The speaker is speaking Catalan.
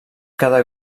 cada